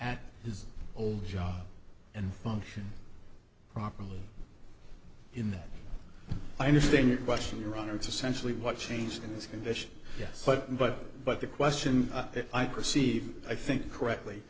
at his old job and function properly in i understand your question your honor it's essentially what changed in this condition yes but but but the question i perceive i think correctly